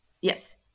yes